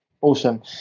Awesome